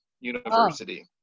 University